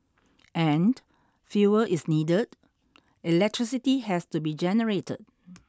and fuel is needed electricity has to be generated